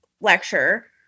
lecture